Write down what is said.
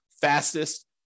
fastest